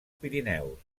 pirineus